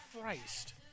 Christ